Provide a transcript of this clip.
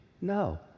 No